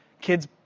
kids